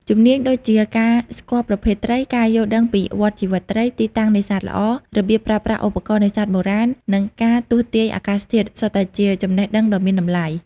ជំនាញដូចជាការស្គាល់ប្រភេទត្រី ការយល់ដឹងពីវដ្តជីវិតត្រី ទីតាំងនេសាទល្អ របៀបប្រើប្រាស់ឧបករណ៍នេសាទបុរាណ និងការទស្សន៍ទាយអាកាសធាតុ សុទ្ធតែជាចំណេះដឹងដ៏មានតម្លៃ។